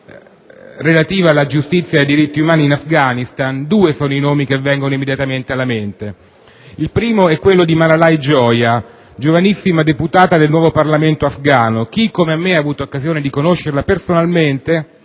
Il primo è quello di Malalai Joya, giovanissima deputata del nuovo Parlamento afghano. Chi, come me, ha avuto occasione di conoscerla personalmente,